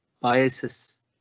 biases